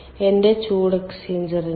എന്റെ ചൂട് എക്സ്ചേഞ്ചറിന്റെ